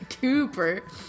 Cooper